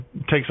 takes